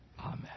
Amen